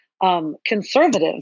Conservative